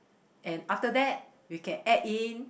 and after that we can add in